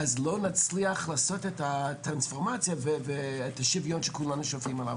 אז לא נצליח לעשות את הטרנספורמציה ואת השוויון שכולנו שואפים אליו,